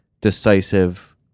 decisive